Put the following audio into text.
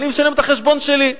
אני משלם את החשבון שלי.